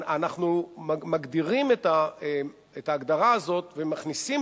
אנחנו מגדירים את ההגדרה הזאת ומכניסים